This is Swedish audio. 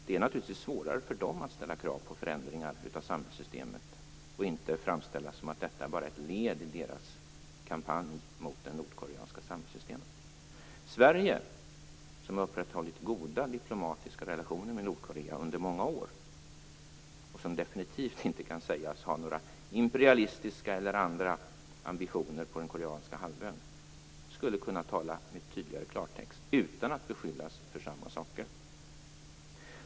Det är naturligtvis svårare för dem att ställa krav på förändringar av samhällssystemet utan att få det att framstå som ännu ett led i deras kampanj mot det nordkoreanska samhällssystemet. Sverige, som upprätthållit goda diplomatiska relationer med Nordkorea under många år, och som definitivt inte kan sägas ha några imperialistiska eller andra ambitioner på den koreanska halvön, skulle kunna tala klarspråk utan att beskyllas för samma saker.